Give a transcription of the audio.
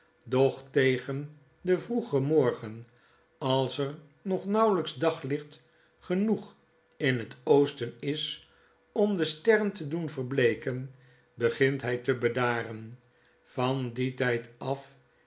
tegen den vroegen morgen als er nog nauwelflks daglicht genoeg in het oosten is om de sterren te doen verbleeken begint hfl te bedaren van dien tfld af